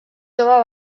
jove